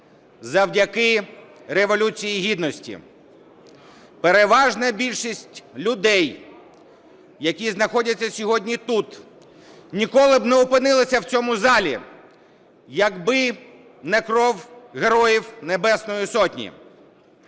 завдяки Революції Гідності. Переважна більшість людей, які знаходяться сьогодні тут, ніколи б не опинилася в цьому залі, якби не кров Героїв Небесної Сотні.